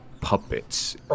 puppets